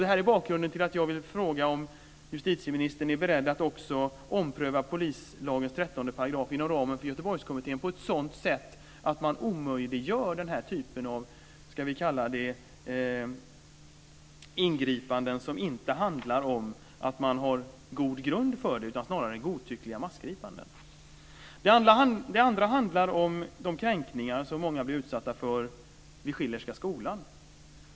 Detta är bakgrunden till att jag vill fråga om justitieministern är beredd att också ompröva polislagens 13 § inom ramen för Göteborgskommittén på ett sådant sätt att man omöjliggör denna typ av ingripanden, som man inte har god grund för. Det är snarare fråga om godtyckliga massgripanden. Det andra som jag vill ta upp handlar om de kränkningar som många blev utsatta för vid Schillerska skolan.